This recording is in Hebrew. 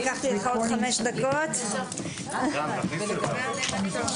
הישיבה ננעלה